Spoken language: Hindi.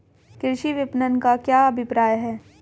कृषि विपणन का क्या अभिप्राय है?